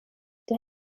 they